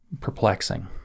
perplexing